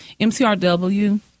MCRW